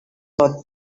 about